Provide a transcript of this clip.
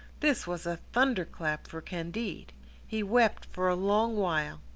this was a thunderclap for candide he wept for a long while.